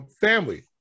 family